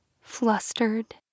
flustered